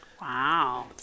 Wow